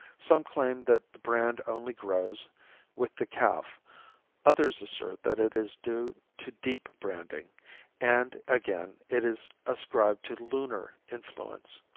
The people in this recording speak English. some claim that the brand only grows with the calf others assert that it is due to deep branding and, again, it is ascribed to lunar influence.